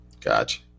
Gotcha